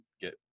get